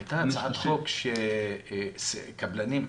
הייתה הצעת חוק שקבלנים כאלה,